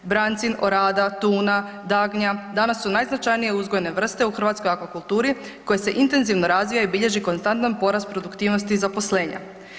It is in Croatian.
Brancin, orada tuna, dagnja danas su najznačajnije uzgojene vrste u hrvatskoj aquakulturi koje se intenzivno razvijaju i bilježi konstantan porast produktivnosti i zaposlenja.